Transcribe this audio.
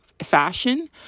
Fashion